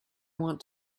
want